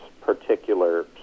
particular